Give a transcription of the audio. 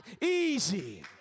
easy